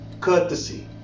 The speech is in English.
courtesy